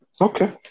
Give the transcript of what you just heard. Okay